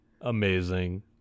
Amazing